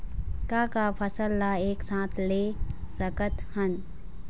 का का फसल ला एक साथ ले सकत हन?